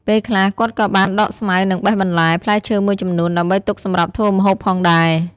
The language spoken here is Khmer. ពេលខ្លះ គាត់ក៏បានដកស្មៅ និងបេះបន្លែ ផ្លែឈើមួយចំនួន ដើម្បីទុកសម្រាប់ធ្វើម្ហូបផងដែរ។